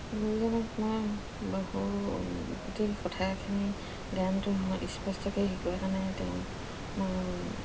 গুৰুজনক মই বহু গোটেই কথাখিনি গানটো স্পষ্টকৈ শিকোৱা কাৰণে তেওঁক মই